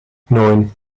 neun